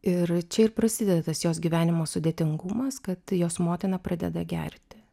ir čia ir prasideda tas jos gyvenimo sudėtingumas kad tai jos motina pradeda gerti